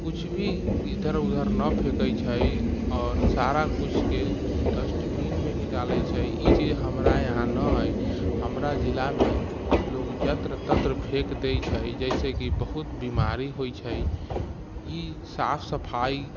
कुछ भी इधर उधर ना फेकै छै आओर सारा किछु के डस्टबीनमे ही डालै छै ई चीज हमरा यहाँ ना है हमरा जिला मे लोग जत्र तत्र फेंक दै छै जैसेकि बहुत बीमारी होइ छै ई साफ सफाइ